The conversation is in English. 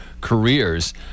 careers